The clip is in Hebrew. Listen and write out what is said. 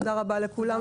תודה רבה לכולם.